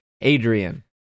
adrian